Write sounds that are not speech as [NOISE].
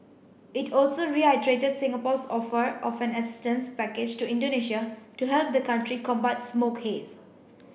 it also [UNINTELLIGIBLE] Singapore's offer of an assistance package to Indonesia to help the country combat smoke haze